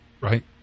right